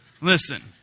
listen